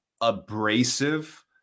abrasive